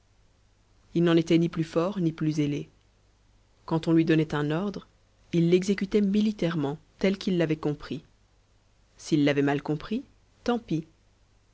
il n'en était ni plus fort ni plus zélé quand on lui donnait un ordre il l'exécutait militairement tel qu'il l'avait compris s'il l'avait mal compris tant pis